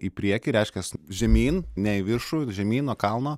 į priekį reiškias žemyn ne į viršų žemyn nuo kalno